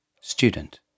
Student